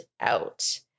out